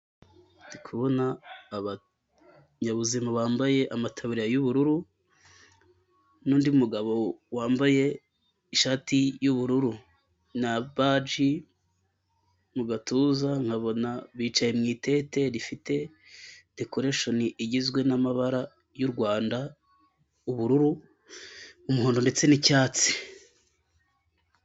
Kubona abanyabuzima bambaye amataburiya y'ubururu n'undi mugabo wambaye ishati y'ubururu na baji mu gatuza, nkabona bicaye mu itente rifite decoreshoni igizwe n'amabara y'u Rwanda: ubururu, umuhondo ndetse n'icyatsi.